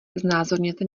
znázorněte